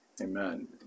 Amen